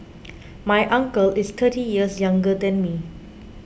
my uncle is thirty years younger than me